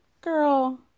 girl